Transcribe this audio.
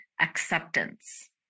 acceptance